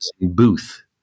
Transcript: booth